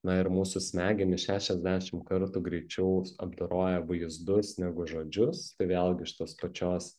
na ir mūsų smegenys šešiasdešim kartų greičiau apdoroja vaizdus negu žodžius vėlgi iš tos pačios